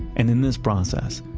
and in this process,